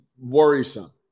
worrisome